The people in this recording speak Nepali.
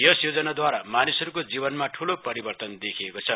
यस योजनाद्वारा मानिसहरूको जीवनमा ठूलो परिवर्तन देखेको छ